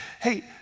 hey